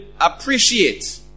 appreciate